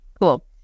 cool